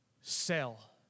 sell